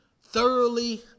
thoroughly